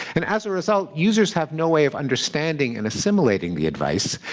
and as a result, users have no way of understanding and assimilating the advice.